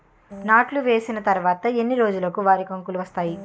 నాట్లు వేసిన తర్వాత ఎన్ని రోజులకు వరి కంకులు వస్తాయి?